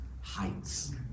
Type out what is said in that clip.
heights